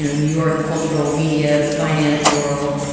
new york cultural media, finance world,